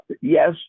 Yes